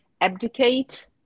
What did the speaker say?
Abdicate